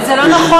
זה לא נכון,